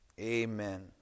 Amen